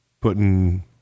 putting